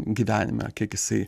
gyvenime kiek jisai